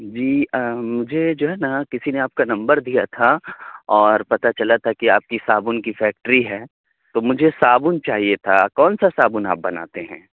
جی مجھے جو ہے نا کسی نے آپ کا نمبر دیا تھا اور پتہ چلا تھا کہ آپ کی صابن کی فیکٹری ہے تو مجھے صابن چاہیے تھا کون سا صابن آپ بناتے ہیں